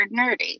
nerdy